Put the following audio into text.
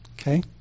Okay